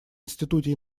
институте